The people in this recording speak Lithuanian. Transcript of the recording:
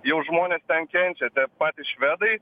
jau žmonės ten kenčia tie patys švedai